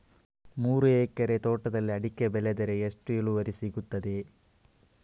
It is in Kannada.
ಮೂರು ಎಕರೆ ತೋಟದಲ್ಲಿ ಅಡಿಕೆ ಬೆಳೆದರೆ ಎಷ್ಟು ಇಳುವರಿ ಸಿಗುತ್ತದೆ?